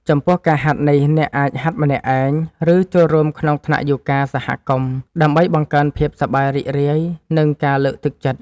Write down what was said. ចំពោះការហាត់នេះ អ្នកអាចហាត់ម្នាក់ឯង ឬចូលរួមក្នុងថ្នាក់យូហ្គាសហគមន៍ ដើម្បីបង្កើនភាពសប្បាយរីករាយ និងការលើកទឹកចិត្ត។